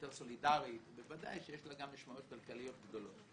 יותר סולידרית ובוודאי שיש לה גם משמעויות כלכליות גדולות,